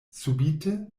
subite